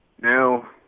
now